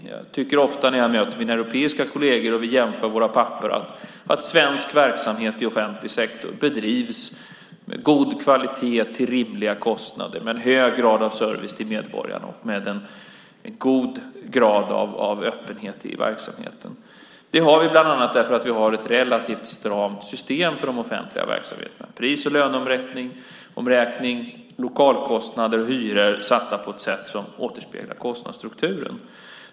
Jag tycker ofta, när jag möter mina europeiska kolleger och vi jämför våra papper, att svensk verksamhet i offentlig sektor bedrivs med god kvalitet till rimliga kostnader med en hög grad av service till medborgarna och med en god grad av öppenhet i verksamheten. Detta har vi bland annat för att vi har ett relativt stramt system för de offentliga verksamheterna med pris och löneomräkning, lokalkostnader och hyror satta på ett sätt som återspeglar kostnadsstrukturen.